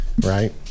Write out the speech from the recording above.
right